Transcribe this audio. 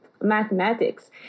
mathematics